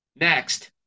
Next